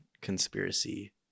conspiracy